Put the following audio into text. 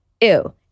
ew